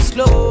Slow